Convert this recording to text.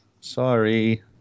sorry